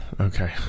okay